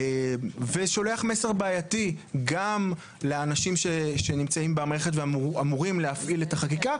ושולח מסר בעייתי גם לאנשים שנמצאים במערכת ואמורים להפעיל את החקיקה,